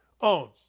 owns